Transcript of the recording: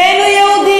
בין שהוא יהודי,